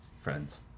friends